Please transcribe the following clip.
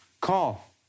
call